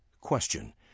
Question